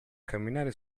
camminare